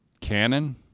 canon